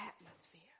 atmosphere